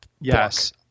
Yes